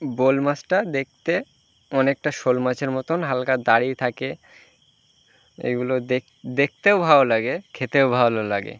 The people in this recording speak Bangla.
বোয়াল মাছটা দেখতে অনেকটা শোল মাছের মতন হালকা দাড়ি থাকে এগুলো দেক দেখতেও ভালো লাগে খেতেও ভালো লাগে